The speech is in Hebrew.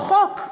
או "חוק".